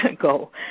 go